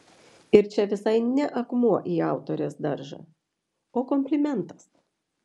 ir čia visai ne akmuo į autorės daržą o komplimentas